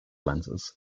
lenses